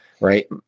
right